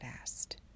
asked